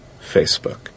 Facebook